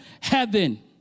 heaven